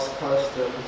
custom